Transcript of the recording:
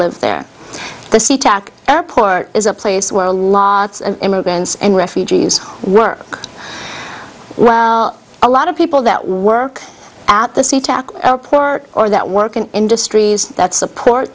live there the sea tac airport is a place where a lot of immigrants and refugees work well a lot of people that work at the sea tac airport or that work in industries that support